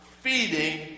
feeding